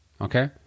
Okay